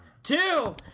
Two